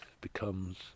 becomes